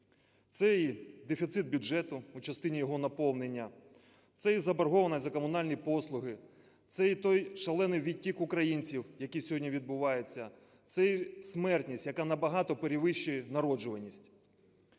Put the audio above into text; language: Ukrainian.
Це і дефіцит бюджету у частині його наповнення. Це і заборгованість за комунальні послуги. Це і той шалений відтік українців, який сьогодні відбувається. Це й смертність, яка набагато перевищує народжуваність.